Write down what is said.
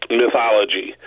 mythology